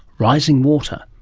rising water.